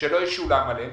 שלא ישולם עליהן.